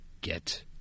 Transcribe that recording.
get